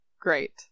Great